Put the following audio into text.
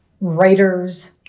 writers